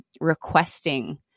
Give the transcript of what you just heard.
requesting